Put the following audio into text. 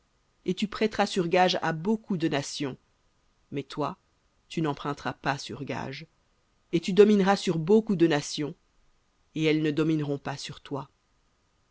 et tu prêteras sur gage à beaucoup de nations mais toi tu n'emprunteras pas sur gage et tu domineras sur beaucoup de nations et elles ne domineront pas sur toi